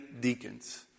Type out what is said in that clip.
deacons